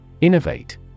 Innovate